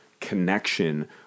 connection